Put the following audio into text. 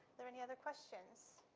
there any other questions?